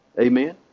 Amen